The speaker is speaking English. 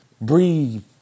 Breathe